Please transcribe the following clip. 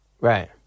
right